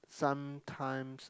sometimes